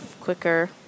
quicker